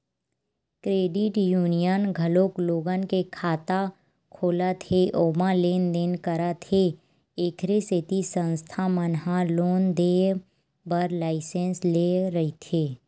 credit union घलोक लोगन के खाता खोलत हे ओमा लेन देन करत हे एखरे सेती संस्था मन ह लोन देय बर लाइसेंस लेय रहिथे